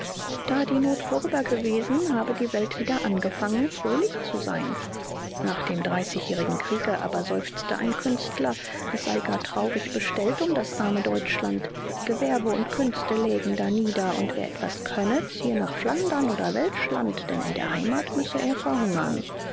da die not vorüber gewesen habe die welt wieder angefangen fröhlich zu sein nach dem dreißigjährigen kriege aber seufzte ein künstler es sei gar traurig bestellt um das arme deutschland gewerbe und künste lägen danieder und wer etwas könne ziehe nach flandern oder welschland denn in der heimat müsse er verhungern